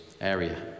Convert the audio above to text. area